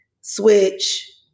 switch